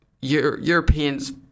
Europeans